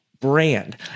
brand